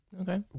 Okay